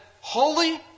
Holy